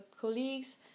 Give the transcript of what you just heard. colleagues